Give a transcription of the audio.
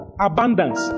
Abundance